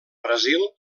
brasil